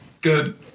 good